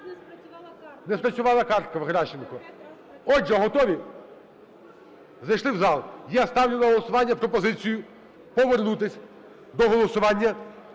Не спрацювала картка в Геращенко. Отже, готові? Зайшли в зал. Я ставлю на голосування пропозицію повернутись до голосування